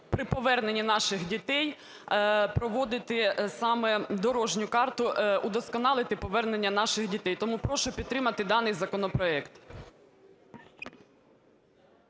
при поверненні наших дітей проводити саме дорожню карту, удосконалити повернення наших дітей. Тому прошу підтримати даний законопроект.